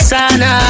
Sana